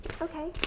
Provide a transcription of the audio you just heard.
Okay